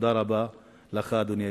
תודה לך, אדוני היושב-ראש.